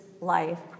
life